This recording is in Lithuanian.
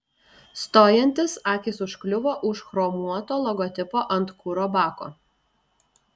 stojantis akys užkliuvo už chromuoto logotipo ant kuro bako